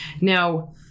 Now